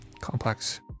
complex